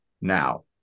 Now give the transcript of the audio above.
now